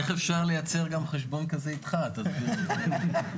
איך אפשר לייצר גם חשבון כזה איתך, תסביר לי?